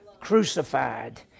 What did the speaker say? Crucified